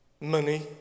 Money